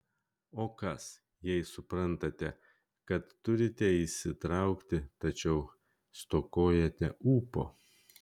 o kas jei suprantate kad turite įsitraukti tačiau stokojate ūpo